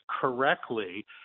correctly